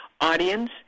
audience